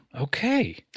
Okay